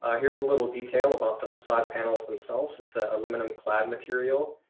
ah here's a little detail about the facade panels themselves. it's ah aluminum cloud material.